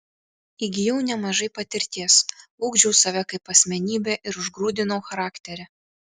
įgijau nemažai patirties ugdžiau save kaip asmenybę ir užgrūdinau charakterį